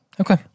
Okay